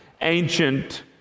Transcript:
ancient